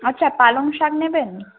আচ্ছা পালং শাক নেবেন